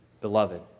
beloved